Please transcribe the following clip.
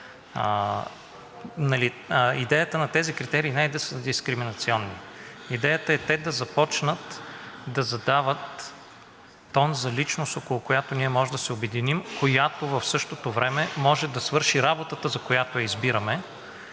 Идеята на тези критерии не е да са дискриминационни, идеята е те да започнат да задават тон за личност, около която ние можем да се обединим, която в същото време може да свърши работата, за която я избираме,